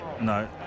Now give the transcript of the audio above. No